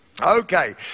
Okay